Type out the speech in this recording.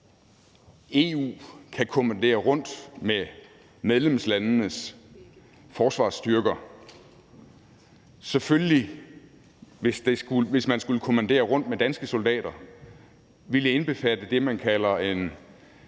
EU kan kommandere rundt med medlemslandenes forsvarsstyrker, hvis man skulle kommandere rundt med danske soldater, så ville det selvfølgelig indbefatte det, man kalder en